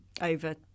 over